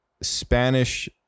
Spanish